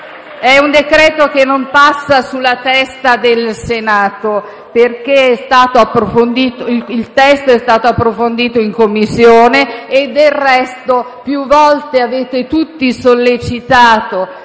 è un decreto che non passa sulla testa del Senato, perché il testo è stato approfondito in Commissione e, del resto, più volte avete tutti sollecitato